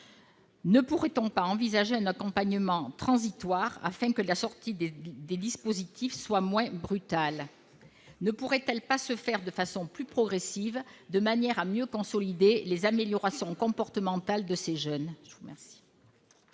Ne pourrait-on pas envisager un accompagnement transitoire, afin que la sortie des dispositifs soit moins brutale ? Cette sortie ne pourrait-elle pas se faire de façon plus progressive, de manière à davantage consolider les améliorations constatées dans le